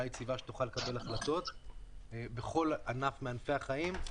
יציבה שתוכל לקבל החלטות בכל ענף מענפי החיים.